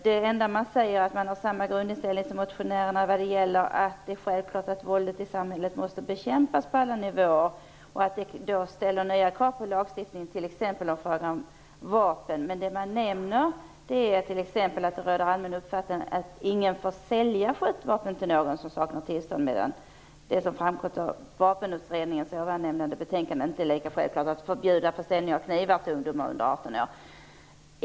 Det enda man säger är att man har samma grundinställning som motionärerna vad gäller att det är självklart att våldet i samhället måste bekämpas på alla nivåer och att det ställer nya krav på lagstiftning, t.ex. i fråga om vapen. Men det man nämner är t.ex. att den allmänna uppfattningen råder att ingen får sälja skjutvapen till någon som saknar tillstånd, medan det som framgått av Vapenutredningens ovannämnda betänkande inte är lika självklart att förbjuda försäljning av knivar till ungdomar under 18 år.